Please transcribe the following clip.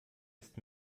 ist